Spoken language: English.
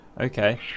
okay